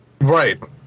right